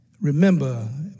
Remember